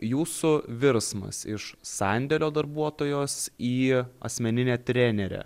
jūsų virsmas iš sandėlio darbuotojos į asmeninę trenerę